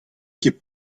ket